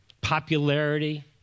popularity